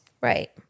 Right